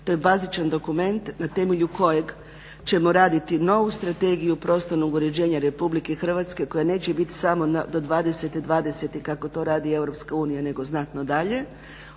to je bazičan dokument na temelju kojeg ćemo raditi novu strategiju prostornog uređenja Republike Hrvatske koja neće biti samo do 20/20 kako to radi Europska unija nego znatno dalje,